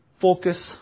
focus